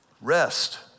Rest